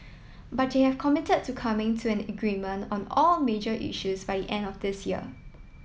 but they have committed to coming to an agreement on all major issues by the end of this year